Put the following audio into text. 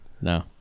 No